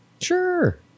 Sure